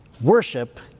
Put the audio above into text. Worship